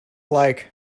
like